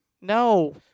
no